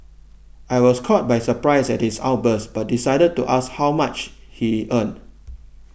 I was caught by surprise at his outburst but decided to ask just how much he earned